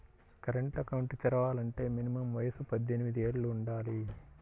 current account తెరవాలంటే minimum వయసు పద్దెనిమిది యేళ్ళు వుండాలి